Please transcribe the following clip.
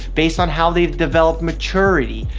based on how they've developed maturity,